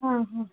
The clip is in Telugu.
ఆహా